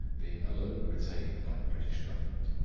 being alone retained by the british government.